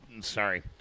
Sorry